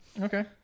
okay